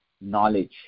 knowledge